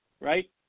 right